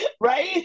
Right